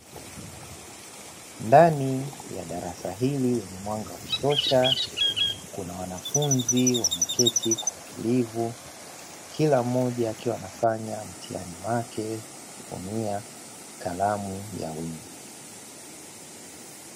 Ndani ya darasa hili lenye mwanga wa kutosha kuna wanafuzi wameketi kwa utulivu, kila mmoja akiwa anafanya mtihani wake, kwa kutumia kalamu ya wino.